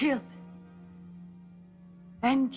yeah and